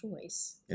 choice